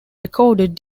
recorded